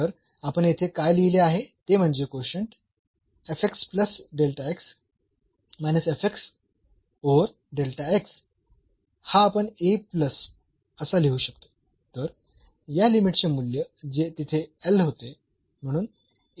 तर आपण येथे काय लिहले आहे ते म्हणजे कोशंट हा आपण A प्लस असा लिहू शकतो तर या लिमिट चे मूल्य जे तिथे L होते